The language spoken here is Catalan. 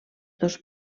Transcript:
dos